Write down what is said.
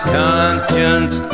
conscience